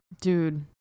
dude